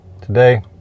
today